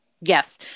Yes